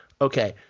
okay